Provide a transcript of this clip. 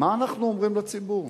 מה אנחנו אומרים לציבור?